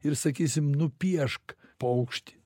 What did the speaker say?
ir sakysim nupiešk paukštį